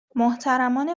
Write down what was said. محترمانه